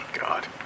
God